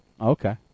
Okay